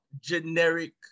generic